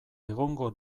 egongo